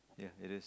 ya it is